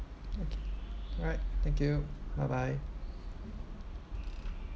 okay alright thank you bye bye